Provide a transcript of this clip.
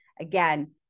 again